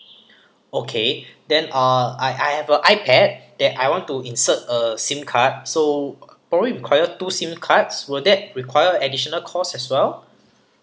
okay then uh I I have a ipad that I want to insert a SIM card so probably require two SIM cards will that require additional cost as well